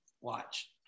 watch